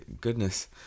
Goodness